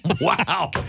Wow